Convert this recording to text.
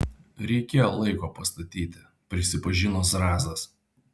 reikėjo laiko pastatyti prisipažino zrazas